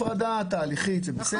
הפרדה תהליכית, זה בסדר.